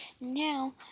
Now